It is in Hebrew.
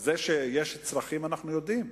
את זה שיש צרכים אנחנו יודעים.